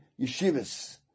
yeshivas